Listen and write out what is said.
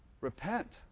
Repent